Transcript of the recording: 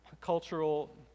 cultural